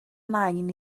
nain